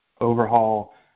overhaul